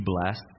bless